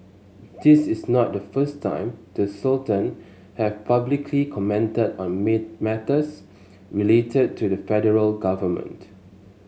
this is not the first time the Sultan has publicly commented on matters related to the federal government